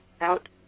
out